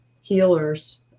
healers